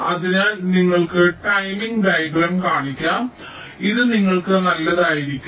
അതിനാൽ നിങ്ങൾക്ക് timing diagram കാണിക്കാം അതിനാൽ ഇത് നിങ്ങൾക്ക് നല്ലതായിരിക്കും